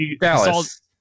Dallas